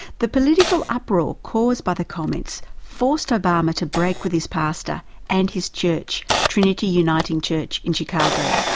the political uproar caused by the comments forced obama to break with his pastor and his church, trinity uniting church in chicago.